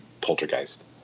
Poltergeist